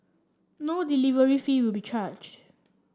no delivery fee will be charge